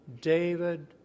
David